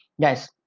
guys